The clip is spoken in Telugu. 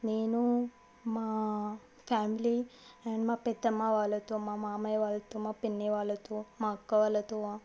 నేను మా ఫ్యామిలీ అండ్ మా పెద్దమ్మ వాళ్ళతో మా మామయ్య వాళ్ళతో మా పిన్ని వాళ్ళతో మా అక్క వాళ్ళతో